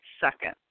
second